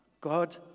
God